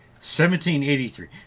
1783